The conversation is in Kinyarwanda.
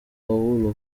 pawulo